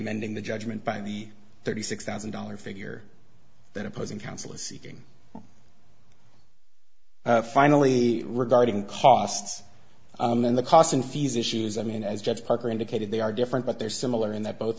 mending the judgment by the thirty six thousand dollar figure that opposing counsel is seeking finally regarding costs and then the cost and fees issues i mean as judge parker indicated they are different but they're similar in that bo